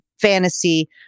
fantasy